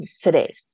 today